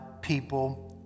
people